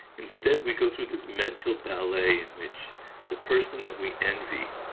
instead we go through this mental ballet in which the person that we envy,